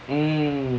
mm